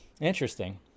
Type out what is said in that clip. interesting